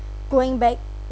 going back